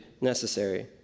necessary